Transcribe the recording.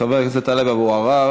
חבר הכנסת טלב אבו עראר